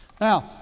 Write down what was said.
Now